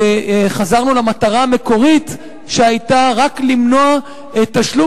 וחזרנו למטרה המקורית שהיתה רק למנוע תשלום